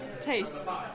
taste